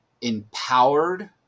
empowered